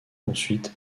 ensuite